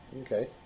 Okay